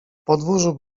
podwórzu